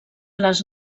les